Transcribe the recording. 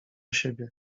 siebie